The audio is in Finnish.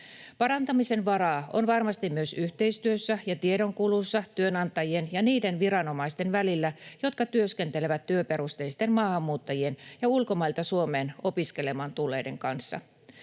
Parantamisen varaa on varmasti myös yhteistyössä ja tiedonkulussa työnantajien ja niiden viranomaisten välillä, jotka työskentelevät työperusteisten maahanmuuttajien ja ulkomailta Suomeen opiskelemaan tulleiden kanssa.